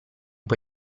può